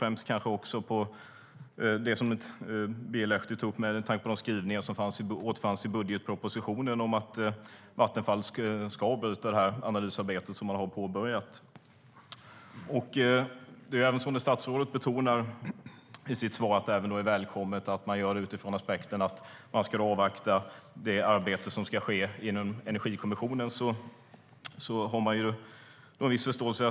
Med tanke på de skrivningar som återfanns i regeringsförklaringen, som Birger Lahti tog upp, är det inte oväntat att Vattenfall ska avbryta det analysarbete som man har påbörjat. Statsrådet betonar i sitt svar att det är välkommet utifrån den aspekten att man ska avvakta det arbete som ska ske inom Energikommissionen.